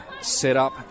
setup